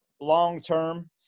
long-term